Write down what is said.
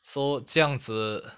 so 这样子